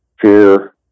fear